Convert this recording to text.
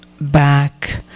back